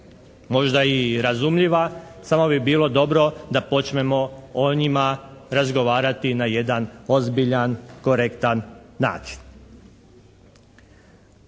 možda i razumljiva, samo bi bilo dobro da počnemo o njima razgovarati na jedan ozbiljan, korektan način.